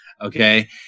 okay